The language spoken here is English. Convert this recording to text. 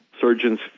surgeon's